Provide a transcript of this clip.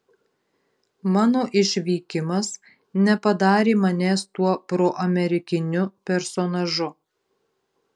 mano išvykimas nepadarė manęs tuo proamerikiniu personažu